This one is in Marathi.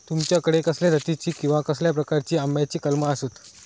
तुमच्याकडे कसल्या जातीची किवा कसल्या प्रकाराची आम्याची कलमा आसत?